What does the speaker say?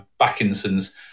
Backinson's